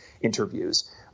interviews